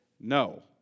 No